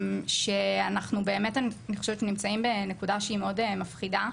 אני חושבת שאנחנו באמת נמצאים בנקודה שהיא מאוד מפחידה,